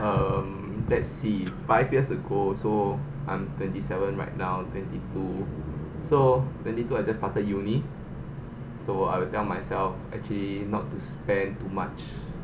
um let's see five years ago so I'm twenty seven right now twenty two so the little I just started uni so I will tell myself actually not to spend too much